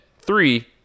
three